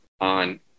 on